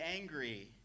angry